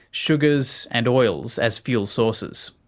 sugars and oils as fuel sources.